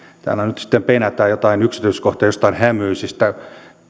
täällä nyt sitten penätään jotain yksityiskohtia jostain hämyisestä